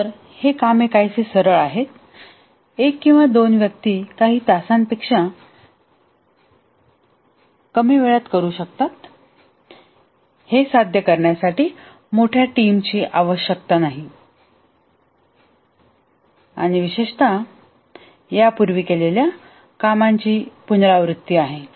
तर हे कामे काहीसे सरळ आहेत एक किंवा दोन व्यक्ती काही तासांपेक्षा कमी वेळात करू शकतात हे साध्य करण्यासाठी मोठ्या संघाची आवश्यकता नाही आणि विशेषत यापूर्वी केलेल्या कामाची पुनरावृत्ती आहे